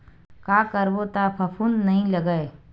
का करबो त फफूंद नहीं लगय?